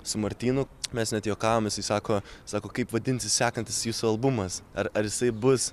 su martynu mes net juokavom jisai sako sako kaip vadinsis sekantis jūsų albumas ar ar jisai bus